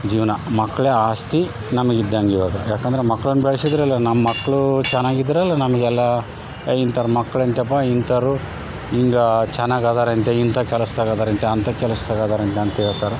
ಜೀವನ ಮಕ್ಳೇ ಆಸ್ತಿ ನಮಗೆ ಇದ್ದಂಗೆ ಇವಾಗ ಯಾಕೆಂದ್ರೆ ಮಕ್ಳನ್ನ ಬೆಳ್ಸಿದ್ರೇ ಅಲ್ಲ ನಮ್ಮ ಮಕ್ಳು ಚೆನ್ನಾಗಿದ್ರೇ ಅಲ್ಲ ನಮಗೆಲ್ಲ ಇಂಥೋರ ಮಕ್ಳು ಎಂತಪ್ಪ ಇಂಥವ್ರು ಈಗ ಚೆನ್ನಾಗಿ ಇದಾರಂತೆ ಇಂಥ ಕೆಲಸದಾಗೆ ಇದಾರಂತೆ ಅಂಥ ಕೆಲಸದಾಗೆ ಇದಾರ ಎಲ್ಲ ಅಂತ ಹೇಳ್ತಾರೆ